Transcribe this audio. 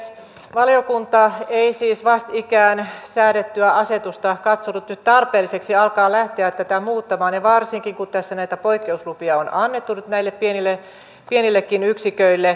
valiokunta ei siis vastikään säädettyä asetusta katsonut nyt tarpeelliseksi alkaa lähteä muuttamaan varsinkin kun tässä näitä poikkeuslupia on annettu nyt näille pienillekin yksiköille